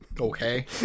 Okay